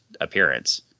appearance